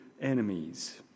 enemies